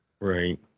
Right